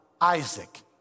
Isaac